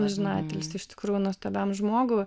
amžiną atilsį iš tikrųjų nuostabiam žmogui